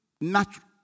natural